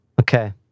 Okay